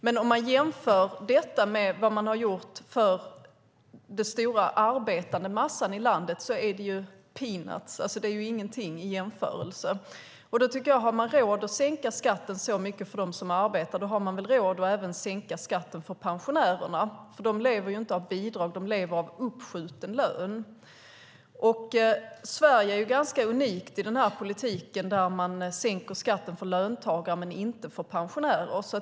Men om man jämför detta med vad som har gjorts för den stora arbetande massan i landet är det peanuts; det är ingenting i jämförelse. Jag tycker att om man har råd att sänka skatten så mycket för dem som arbetar har man väl även råd att sänka skatten för pensionärerna. De lever ju inte av bidrag. De lever av uppskjuten lön. Sverige är ganska unikt med denna politik där man sänker skatten för löntagare men inte för pensionärer.